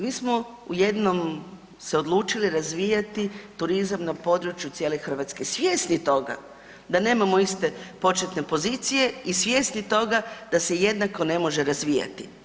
Mi smo u jednom se odlučiti razvijati turizam na području cijele Hrvatske svjesni toga da nemamo iste početne pozicije i svjesni toga da se jednako ne može razvijati.